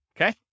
okay